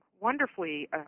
wonderfully